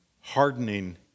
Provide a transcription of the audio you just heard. hardening